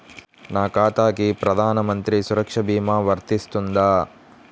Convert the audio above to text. నా ఖాతాకి ప్రధాన మంత్రి సురక్ష భీమా వర్తిస్తుందా?